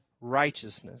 righteousness